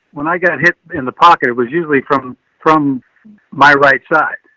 when i got hit in the pocket, it was usually from, from my right side,